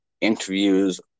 Interviews